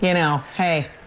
you know, hey.